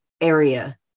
area